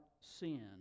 sin